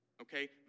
okay